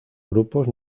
grupos